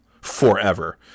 forever